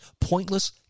pointless